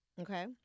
Okay